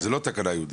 זה לא תקנה ייעודית?